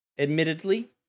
admittedly